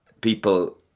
people